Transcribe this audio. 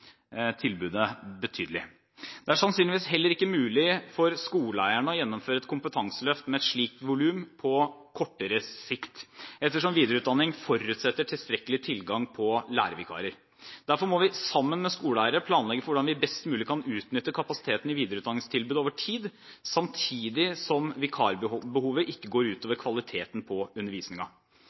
tilbudet betydelig. Det er sannsynligvis heller ikke mulig for skoleeierne å gjennomføre et kompetanseløft med et slikt volum på kortere sikt, ettersom videreutdanning forutsetter tilstrekkelig tilgang på lærervikarer. Derfor må vi sammen med skoleeiere planlegge for hvordan vi best mulig kan utnytte kapasiteten i videreutdanningstilbudet over tid, samtidig som vikarbehovet ikke går ut over kvaliteten på